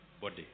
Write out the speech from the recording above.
body